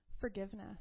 Forgiveness